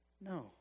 No